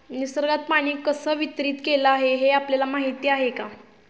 निसर्गात पाणी कसे वितरीत केलेले आहे हे आपल्याला माहिती आहे का?